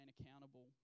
accountable